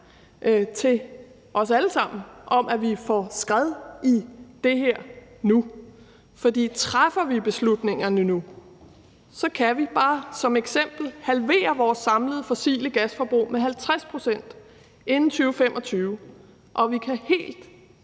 til os alle sammen om, at vi får skred i det her nu, for træffer vi beslutningerne nu, kan vi bare som eksempel reducere vores samlede fossile gasforbrug med 50 pct. inden 2025, og vi kan helt